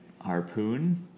harpoon